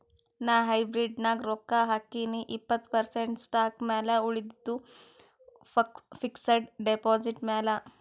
ನಾ ಹೈಬ್ರಿಡ್ ನಾಗ್ ರೊಕ್ಕಾ ಹಾಕಿನೀ ಇಪ್ಪತ್ತ್ ಪರ್ಸೆಂಟ್ ಸ್ಟಾಕ್ ಮ್ಯಾಲ ಉಳಿದಿದ್ದು ಫಿಕ್ಸಡ್ ಡೆಪಾಸಿಟ್ ಮ್ಯಾಲ